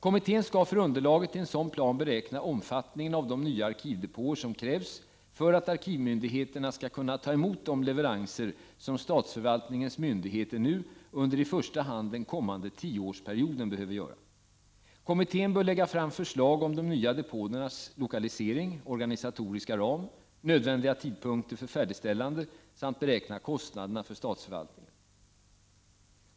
Kommittén skall för underlaget till en sådan plan beräkna omfattningen av de nya arkivdepåer som krävs för att arkivmyndigheterna skall kunna ta emot de leveranser som statsförvaltningens myndigheter nu och i första hand den kommande tioårsperioden behöver göra. Kommittén bör lägga fram förslag om de nya depåernas lokalisering och organisatoriska ram och om nödvändiga tidpunkter för färdigställande samt beräkna kostnaderna för statsförvaltningen.